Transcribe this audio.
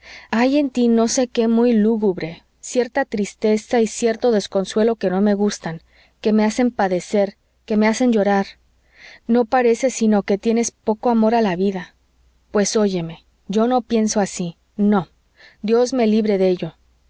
hay en tí no sé qué muy lúgubre cierta tristeza y cierto desconsuelo que no me gustan que me hacen padecer que me hacen llorar no parece sino que tienes poco amor a la vida pues óyeme yo no pienso así no dios me libre de ello